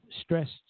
stressed